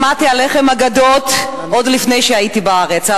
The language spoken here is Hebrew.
שמעתי עליכן אגדות עוד לפני שהייתי בארץ,